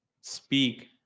speak